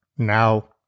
now